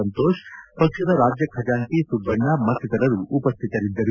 ಸಂತೋಷ್ ಪಕ್ಷದ ರಾಜ್ಯ ಖಜಾಂಚಿ ಸುಭ್ಲಣ್ಣ ಮತ್ತಿತರರು ಉಪಸ್ಥಿತರಿದ್ದರು